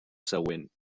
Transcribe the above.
següent